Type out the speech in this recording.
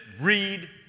read